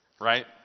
right